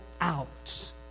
out